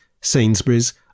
Sainsbury's